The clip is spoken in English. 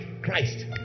Christ